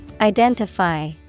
Identify